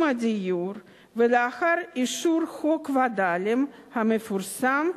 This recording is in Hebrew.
הדיור ומאז אישור חוק הווד"לים המפורסם,